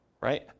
Right